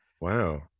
Wow